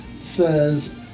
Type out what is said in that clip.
says